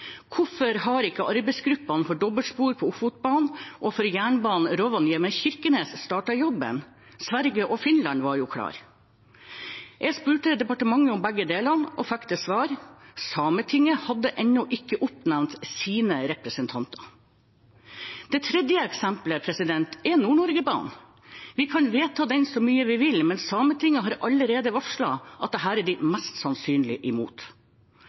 Hvorfor har ikke arbeidsgruppene for dobbeltspor på Ofotbanen og for jernbane Rovaniemi–Kirkenes startet jobben? Sverige og Finland var jo klare. Jeg spurte departementet om begge deler og fikk til svar at Sametinget ennå ikke hadde oppnevnt sine representanter. Det tredje eksempelet er Nord-Norge-banen. Vi kan vedta den så mye vi vil, men Sametinget har allerede varslet at dette er de mest sannsynlig imot.